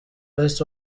best